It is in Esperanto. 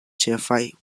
ĉefaj